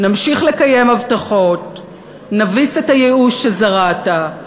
נמשיך לקיים הבטחות, נביס את הייאוש שזרעת,